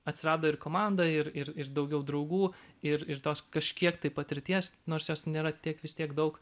atsirado ir komanda ir ir ir daugiau draugų ir ir tos kažkiek tai patirties nors jos nėra tiek vis tiek daug